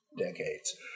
decades